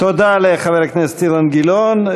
תודה לחבר הכנסת אילן גילאון.